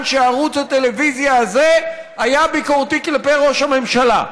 שערוץ הטלוויזיה הזה היה ביקורתי כלפי ראש הממשלה.